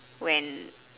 when